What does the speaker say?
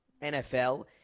NFL